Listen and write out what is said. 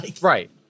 Right